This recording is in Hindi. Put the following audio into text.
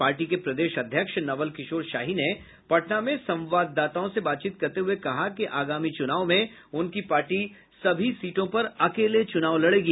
पार्टी के प्रदेश अध्यक्ष नवल किशोर शाही ने पटना में संवाददाताओं से बातचीत करते हुये कहा कि आगामी चुनाव में उनकी पार्टी सभी सीटों पर अकेले चुनाव लड़ेगी